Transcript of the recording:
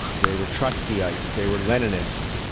they were trotskyites, they were leninists.